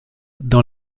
dans